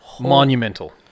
Monumental